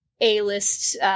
A-list